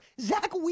Zach